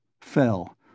fell